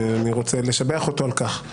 אני רוצה לשבח אותו על כך.